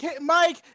Mike